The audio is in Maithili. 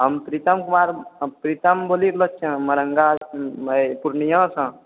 हम प्रीतम कुमार हम प्रीतम बोलि रहल छिए औरंगाबाद पूर्णियासँ